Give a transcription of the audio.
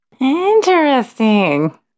Interesting